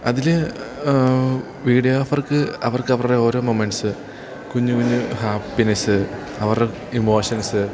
അതിൽ വീഡിയോഗ്രാഫർക്ക് അവർക്ക് അവരുടെ ഓരോ മൊമെൻ്റ്സ് കുഞ്ഞു കുഞ്ഞു ഹാപ്പിനെസ്സ് അവരുടെ ഇമോഷൻസ്